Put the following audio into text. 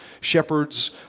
Shepherds